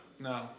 No